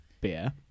beer